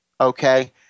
Okay